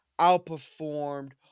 outperformed